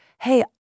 Hey